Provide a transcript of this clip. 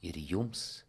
ir jums